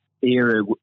era